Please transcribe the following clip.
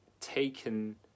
taken